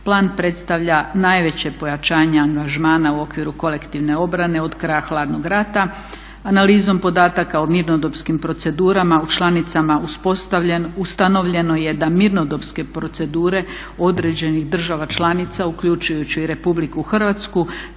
Plan predstavlja najveće pojačanje angažmana u okviru kolektivne obrane od kraja hladnog rata, analizom podataka o mirnodopskim procedurama u članica uspostavljen, ustanovljeno je da mirnodopske procedure određenih država članica uključujući i RH traju